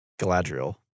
Galadriel